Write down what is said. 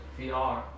VR